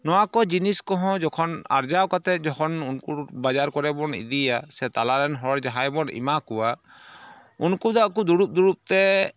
ᱱᱚᱣᱟᱠᱚ ᱡᱤᱱᱤᱥ ᱠᱚᱦᱚᱸ ᱡᱚᱠᱷᱚᱱ ᱟᱨᱡᱟᱣ ᱠᱟᱛᱮ ᱡᱚᱠᱷᱚᱱ ᱩᱱᱠᱩ ᱵᱟᱡᱟᱨ ᱠᱚᱨᱮᱵᱚᱱ ᱤᱫᱤᱭᱟ ᱥᱮ ᱛᱟᱞᱟᱨᱮᱱ ᱦᱚᱲ ᱡᱟᱦᱟᱸᱭ ᱵᱚᱱ ᱮᱢᱟ ᱠᱚᱣᱟ ᱩᱱᱠᱩ ᱫᱚ ᱟᱠᱚ ᱫᱩᱲᱩᱵ ᱫᱩᱲᱩᱵ ᱛᱮ